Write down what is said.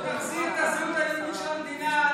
עוד נחזיר את הזהות היהודית של המדינה,